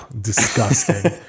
Disgusting